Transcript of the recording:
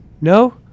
No